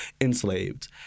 enslaved